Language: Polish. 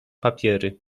papiery